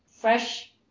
fresh